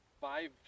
five